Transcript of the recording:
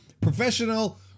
professional